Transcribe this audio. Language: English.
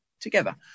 together